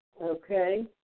Okay